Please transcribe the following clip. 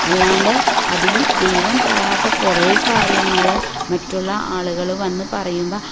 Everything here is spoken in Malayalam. അല്ലാണ്ട് അതിൽ ദൈവം പറയാത്ത കുറേ കാര്യങ്ങൾ മറ്റുള്ള ആളുകൾ വന്ന് പറയുമ്പം